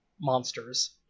monsters